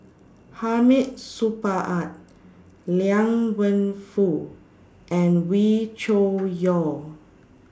Hamid Supaat Liang Wenfu and Wee Cho Yaw